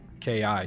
KI